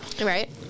right